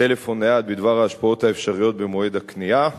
טלפון נייד בדבר ההשפעות האפשריות במועד הקנייה,